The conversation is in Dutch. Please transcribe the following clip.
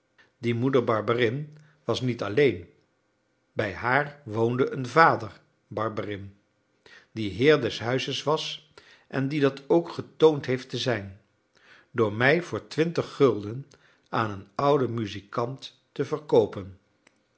die moeder barberin was niet alleen bij haar woonde een vader barberin die heer des huizes was en die dat ook getoond heeft te zijn door mij voor twintig gulden aan een ouden muzikant te verkoopen